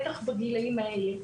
בטח בגילאים האלה.